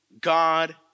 God